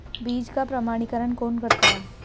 बीज का प्रमाणीकरण कौन करता है?